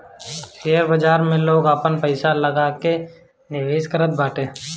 share बाजार में लोग आपन पईसा लगा के निवेश करत बाटे